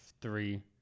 three